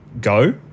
go